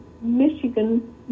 Michigan